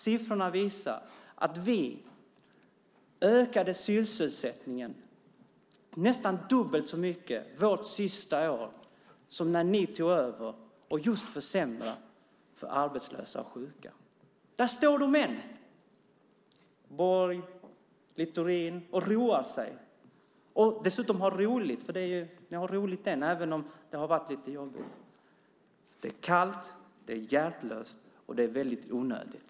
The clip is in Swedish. Siffrorna visar att vi ökade sysselsättningen nästan dubbelt så mycket under vårt sista år som när ni tog över och försämrade för de arbetslösa och sjuka. Där står de än, Borg och Littorin, och roar sig. De har roligt än, även om det har varit lite jobbigt. Det är kallt, det är hjärtlöst, och det är väldigt onödigt.